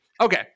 Okay